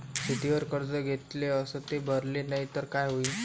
शेतीवर कर्ज घेतले अस ते भरले नाही तर काय होईन?